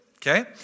Okay